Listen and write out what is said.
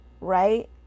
Right